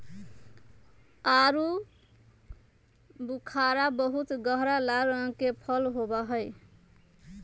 आलू बुखारा बहुत गहरा लाल रंग के फल होबा हई